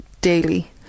daily